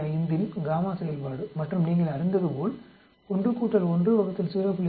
5 இன் செயல்பாடு மற்றும் நீங்கள் அறிந்ததுபோல் 1 1 0